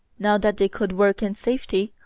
now that they could work in safety,